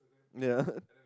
ya